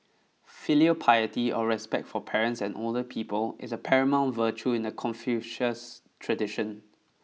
filial piety or respect for parents and older people is a paramount virtue in the confucius tradition